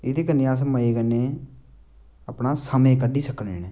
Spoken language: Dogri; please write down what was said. एह्दे कन्नै अस मजे कन्नै अपना समें कड्ढी सकने न